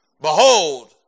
Behold